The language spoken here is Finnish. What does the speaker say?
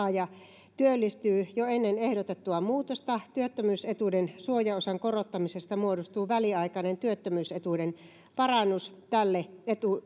jossa etuuden saaja työllistyy jo ennen ehdotettua muutosta työttömyysetuuden suojaosan korottamisesta muodostuu väliaikainen työttömyysetuuden parannus tälle